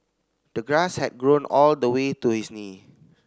the grass had grown all the way to his knee